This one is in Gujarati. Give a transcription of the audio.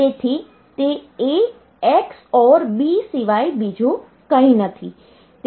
તેથી તે A XOR B સિવાય બીજું કંઈ નથી